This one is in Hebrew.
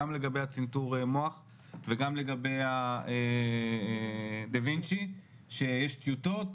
גם לגבי הצנתור מוח וגם לגבי הדה וינצ'י שיש טיוטות